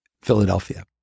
Philadelphia